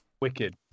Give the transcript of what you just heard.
Wicked